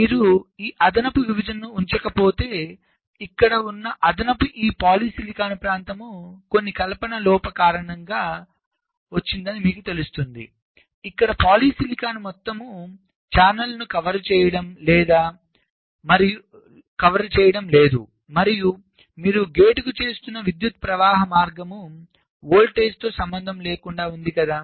మీరు ఈ అదనపు విభజనను ఉంచకపోతేఇక్కడ ఉన్న అదనపు ఈ పాలిసిలికాన్ ప్రాంతము కొన్ని కల్పన లోపం కారణంగా వచ్చిందని మీకు తెలుస్తుంది ఇక్కడ పాలిసిలికాన్ మొత్తం ఛానెల్ను కవర్ చేయడం లేదు మరియు మీరు గేట్కు చేస్తున్న విద్యుత్ ప్రవాహము మార్గము వోల్టేజ్తో సంబంధం లేకుండా ఉంది కదా